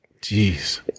Jeez